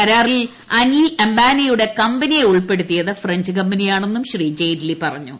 കരാറിൽ അനിൽ അംബാനി യുടെ കമ്പനിയെ ഉൾപ്പെടുത്തിയത് ഫ്രഞ്ച് കമ്പനിയാണെന്നും ജയ്റ്റ്ലി പറഞ്ഞു